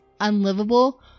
unlivable